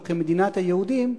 או כמדינת היהודים,